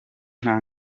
nta